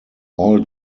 all